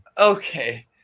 Okay